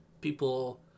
people